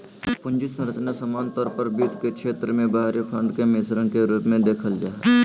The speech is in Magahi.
पूंजी संरचना सामान्य तौर पर वित्त के क्षेत्र मे बाहरी फंड के मिश्रण के रूप मे देखल जा हय